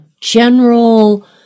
general